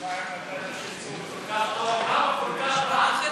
אם כל כך טוב, למה כל כך רע?